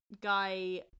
Guy